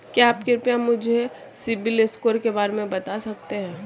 क्या आप कृपया मुझे सिबिल स्कोर के बारे में बता सकते हैं?